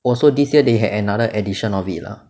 oh so this year they had another edition of it lah